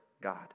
God